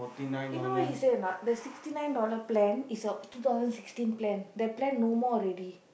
you know what he say or not the sixty nine dollar plan is a two thousand sixteen plan that plan no more already